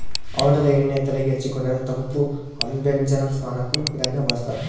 ಔಡಲ ಎಣ್ಣೆ ತೆಲೆಗೆ ಹಚ್ಚಿಕೊಂಡರೆ ತಂಪು ಅಭ್ಯಂಜನ ಸ್ನಾನಕ್ಕೂ ಇದನ್ನೇ ಬಳಸ್ತಾರ